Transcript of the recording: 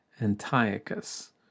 Antiochus